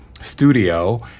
studio